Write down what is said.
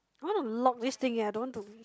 I want to lock this thing eh I don't want to